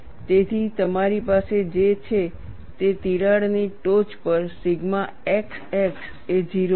તેથી તમારી પાસે જે છે તે તિરાડની ટોચ પર સિગ્મા xx એ 0 છે